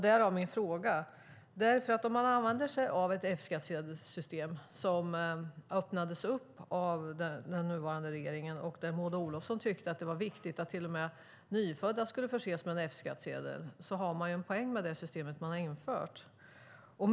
Därav min fråga. Man använder sig av ett F-skattsedelssystem som öppnades av den nuvarande regeringen. Och Maud Olofsson tyckte att det var viktigt att till och med nyfödda kunde förses med en F-skattsedel. Man har en poäng med det system som man har infört.